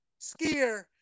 skier